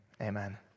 amen